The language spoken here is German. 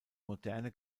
moderne